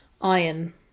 iron